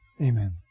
Amen